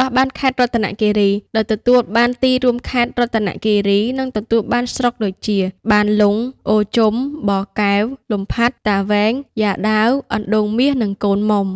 ដោះបានខេត្តរតនគិរី ដោយទទួលបានទីរួមខេត្ត ខេត្តរតនគិរី និងទទួលបានស្រុកដូចជា បានលុង អូរជុំ បកែវ លំផាត់ តាវែង យ៉ាដាវ អណ្តូងមាស និងកូនមុំ។